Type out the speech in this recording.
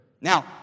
Now